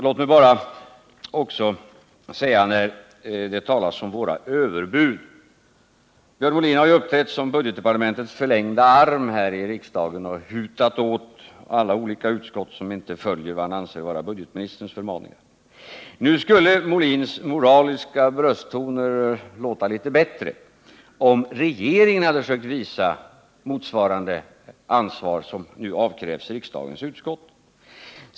Låt mig bara också säga, när det talas om våra överbud, att Björn Molin har uppträtt som budgetdepartementets förlängda arm här i riksdagen och hutat åt olika utskott som inte följer vad han anser vara budgetministerns förmaningar. Björn Molins moraliska brösttoner skulle låta litet bättre om regeringen hade försökt visa motsvarande ansvar som nu avkrävs riksdagens utskott.